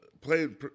playing